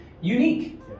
unique